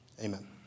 Amen